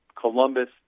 Columbus